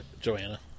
Joanna